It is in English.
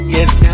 Yes